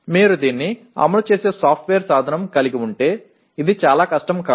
మీరు దీన్ని అమలు చేసే సాఫ్ట్వేర్ సాధనం కలిగి ఉంటే ఇది చాలా కష్టం కాదు